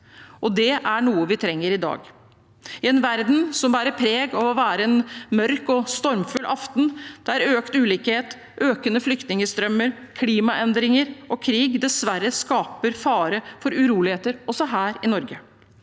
Det er noe vi trenger i dag – i en verden som bærer preg av å være «en mørk og stormfull aften», der økt ulikhet, økende flyktningestrømmer, klimaendringer og krig dessverre skaper fare for uroligheter også her i Norge.